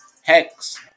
hex